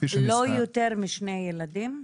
לא יותר משני ילדים?